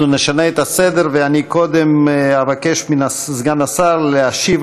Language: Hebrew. אנחנו נשנה את הסדר ואני קודם אבקש מסגן השר להשיב